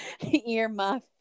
Earmuff